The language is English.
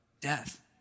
death